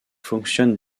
fonctionne